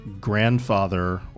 grandfather